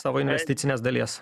savo investicinės dalies